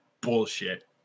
bullshit